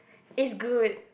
it's good